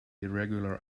irregular